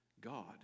God